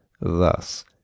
Thus